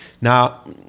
Now